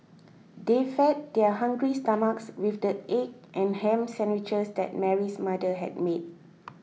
they fed their hungry stomachs with the egg and ham sandwiches that Mary's mother had made